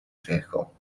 vehicle